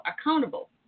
accountable